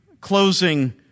closing